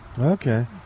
Okay